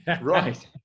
Right